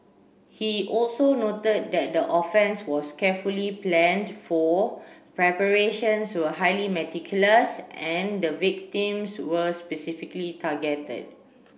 he also noted that the offence was carefully planned for preparations were highly meticulous and the victims were specifically targeted